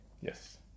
Yes